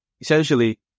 Essentially